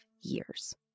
years